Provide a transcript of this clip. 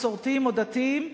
מסורתיים או דתיים,